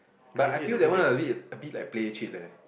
but I feel that one a bit a bit like play cheat leh